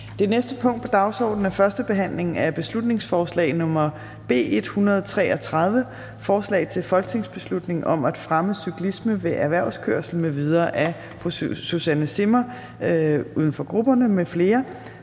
Det næste punkt på dagsordenen er: 32) 1. behandling af beslutningsforslag nr. B 133: Forslag til folketingsbeslutning om at fremme cyklisme ved erhvervskørsel m.v. Af Susanne Zimmer (UFG), Uffe Elbæk